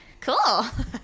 cool